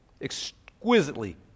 Exquisitely